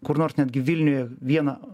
kur nors netgi vilniuje vieną